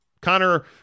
Connor